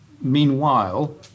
meanwhile